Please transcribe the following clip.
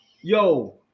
Yo